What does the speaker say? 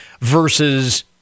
versus